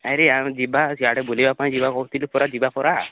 ଆରେ ଆମେ ଯିବା ସିଆଡ଼େ ବୁଲିବା ପାଇଁ ଯିବା କହୁଥିଲୁ ପରା ଯିବା ପରା